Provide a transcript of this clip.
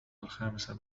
الخامسة